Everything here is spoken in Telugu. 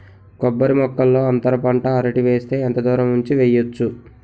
కొబ్బరి మొక్కల్లో అంతర పంట అరటి వేస్తే ఎంత దూరం ఉంచి వెయ్యొచ్చు?